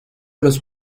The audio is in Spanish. los